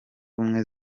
ubumwe